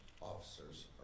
officers